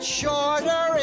shorter